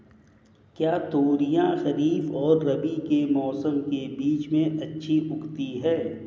क्या तोरियां खरीफ और रबी के मौसम के बीच में अच्छी उगती हैं?